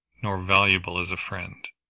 nor valuable as a friend.